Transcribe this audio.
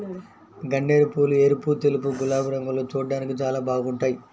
గన్నేరుపూలు ఎరుపు, తెలుపు, గులాబీ రంగుల్లో చూడ్డానికి చాలా బాగుంటాయ్